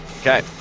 Okay